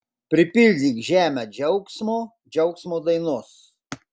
pripildyk žemę džiaugsmo džiaugsmo dainos